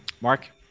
Mark